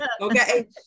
okay